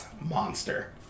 Monster